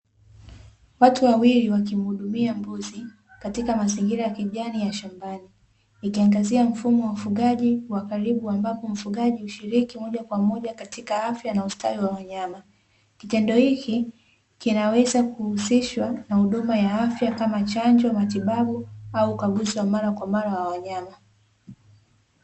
Watu wawili wakimuhudumia mbuzi katika mazingira ya kijani ya shambani, ikiangazia mfumo wa ufugaji wa karibu ambapo mfugaji moja kwa moja katika afya na ustawi wa wanyama, kitendo hiki kinaweza kuhusishwa na huduma ya afya kama :chanjo, matibabu au ukaguzi wa mara kwa mara wa wanyama.